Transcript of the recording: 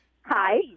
Hi